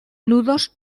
nudos